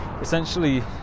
essentially